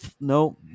no